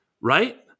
right